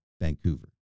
Vancouver